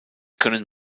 können